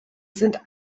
sind